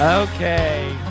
Okay